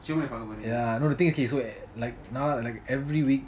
you know the thing okay so like now like every week